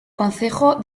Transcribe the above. concejo